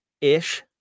ish